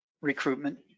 recruitment